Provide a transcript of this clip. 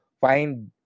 find